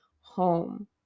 home